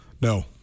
No